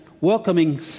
welcoming